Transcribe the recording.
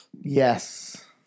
Yes